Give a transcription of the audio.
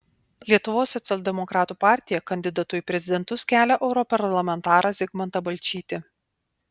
lietuvos socialdemokratų partija kandidatu į prezidentus kelia europarlamentarą zigmantą balčytį